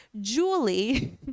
Julie